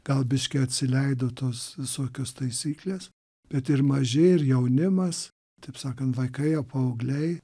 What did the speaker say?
gal biškį atsileido tos visokios taisyklės bet ir maži ir jaunimas taip sakant vaikai a paaugliai